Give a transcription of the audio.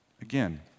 Again